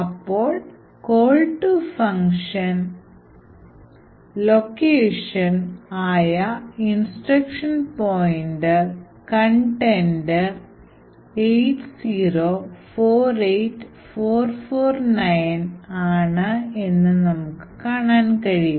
അപ്പോൾ call to function location ആയ instruction pointer content 8048449 ആണ് എന്ന് നമുക്ക് കാണാൻ കഴിയും